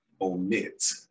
omit